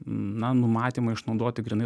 na numatymą išnaudoti grynai